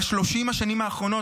ב-30 השנים האחרונות,